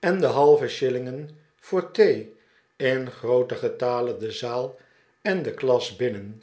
en de halve shillingen voor thee in grooten getale de zaal en de kas binnen